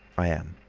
i am.